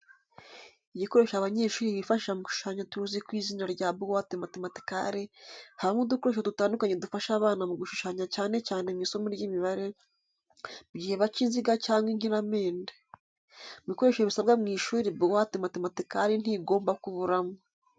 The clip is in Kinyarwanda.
Igikoresho abanyeshuli bifashisha mu gushushanya tuzi ku izina rya buwate matematikare, habamo udukoresho dutandukanye dufasha abana mu gushushanya cyane cyane mu isomo ry'imibare, mu gihe baca inziga cyangwa inkiramende. Mu bikoresho bisabwa mu ishuri buwate matematikari ntigomba kuburamo.